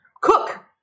cook